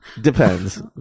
depends